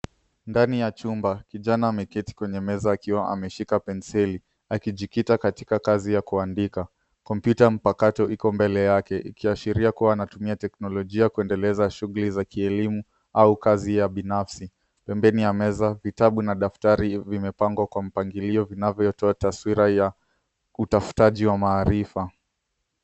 Ndani ya cumba, kijana ameketi kwenye meza akiwa ameshika penseli akijikita katika kazi ya kuandika. Kompyuta mpakato iko mbele yake ikiashiria kuwa anatumia teknolojia kuendeleza shughuli za kielimu au kazi za binafsi. Pembeni ya meza, vitabu na daftari zimepangwa kwa mpangilio zinazotoa taswira ya utafutaji wa maarifa.